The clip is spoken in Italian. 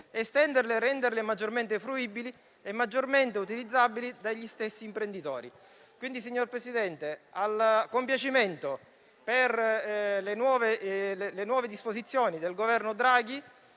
anno e renderle maggiormente fruibili e utilizzabili dagli stessi imprenditori. Quindi, signor Presidente, al compiacimento per le nuove disposizioni del Governo Draghi,